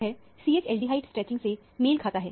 यह CH aldehyde stretching से मेल खाता है